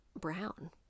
brown